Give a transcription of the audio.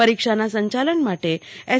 પરીક્ષાના સંચાલન માટે એસ